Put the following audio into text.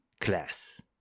class